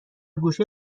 گوشه